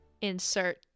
insert